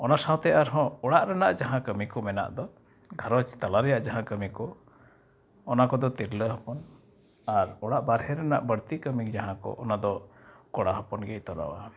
ᱚᱱᱟ ᱥᱟᱶᱛᱮ ᱟᱨᱦᱚᱸ ᱚᱲᱟᱜ ᱨᱮᱱᱟᱜ ᱡᱟᱦᱟᱸ ᱠᱟᱹᱢᱤᱠᱚ ᱢᱮᱱᱟᱜ ᱫᱚ ᱜᱷᱟᱨᱚᱸᱡᱽ ᱛᱟᱞᱟ ᱨᱮᱭᱟᱜ ᱡᱟᱦᱟᱸ ᱠᱟᱹᱢᱤᱠᱚ ᱚᱱᱟ ᱠᱚᱫᱚ ᱛᱤᱨᱞᱟᱹ ᱦᱚᱯᱚᱱ ᱟᱨ ᱚᱲᱟᱜ ᱵᱟᱨᱦᱮ ᱨᱮᱱᱟᱜ ᱵᱟᱹᱲᱛᱤ ᱠᱟᱹᱢᱤ ᱡᱟᱦᱟᱸᱠᱚ ᱚᱱᱟᱫᱚ ᱠᱚᱲᱟ ᱦᱚᱯᱚᱱᱜᱮᱭ ᱛᱚᱨᱟᱣᱟ